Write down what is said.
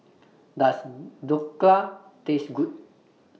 Does Dhokla Taste Good